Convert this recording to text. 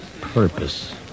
purpose